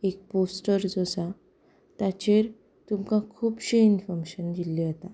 एक पोस्टर जो आसा ताचेर तुमकां खुबशें इन्फॉमेशन दिल्ले वता